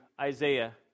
Isaiah